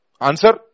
Answer